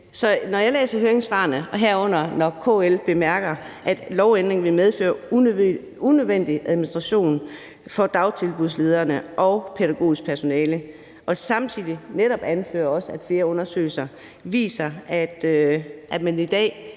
Så når jeg læser høringssvarene og KL herunder bemærker, at lovændringen vil medføre unødvendig administration for dagtilbudslederne og det pædagogiske personale, og de samtidig netop også anfører, at flere undersøgelser viser, at man i dag